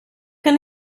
kann